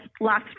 last